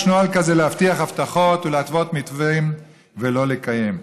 יש נוהל כזה להבטיח הבטחות ולהתוות מתווים ולא לקיים.